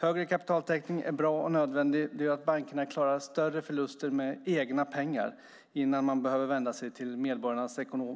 Högre kapitaltäckning är bra och nödvändig och gör att bankerna klarar större förluster med egna pengar innan de behöver vända sig till medborgarnas gemensamma